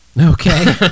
okay